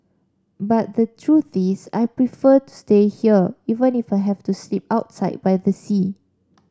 but the truth is I prefer to stay here even if I have to sleep outside by the sea